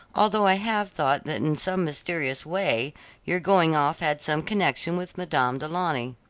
although i have thought that in some mysterious way your going off had some connection with madame du launy.